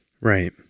Right